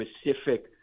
specific